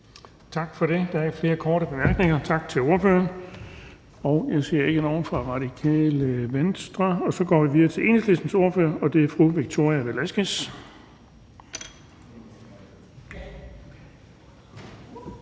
Tak for det. Der er ikke flere korte bemærkninger. Tak til ordføreren. Og jeg ser ikke nogen fra Radikale Venstre, så vi går videre til Enhedslistens ordfører, og det er fru Victoria Velasquez.